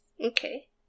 Okay